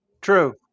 true